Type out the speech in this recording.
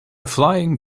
flying